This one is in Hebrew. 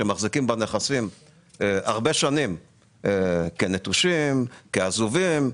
שמחזיקים בנכסים הרבה שנים כנטושים ועזובים,